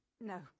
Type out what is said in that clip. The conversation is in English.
no